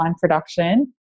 production